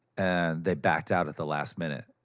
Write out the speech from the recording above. and they backed out at the last minute.